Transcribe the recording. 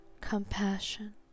compassion